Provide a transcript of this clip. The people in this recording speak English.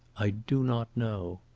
i do not know